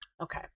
okay